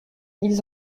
ils